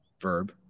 Verb